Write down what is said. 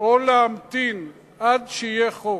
או להמתין עד שיהיה חוק.